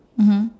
mmhmm